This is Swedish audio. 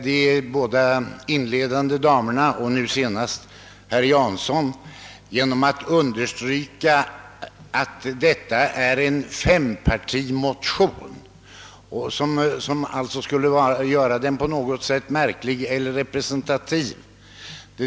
De båda inledande damerna och nu senast herr Jansson underströk att vi här behandlar en fempartimotion, och man menade tydligen att det gör den speciellt märkvärdig eller representativ.